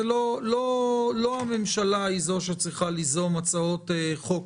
לא הממשלה היא שצריכה ליזום הצעות חוק